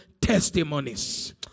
testimonies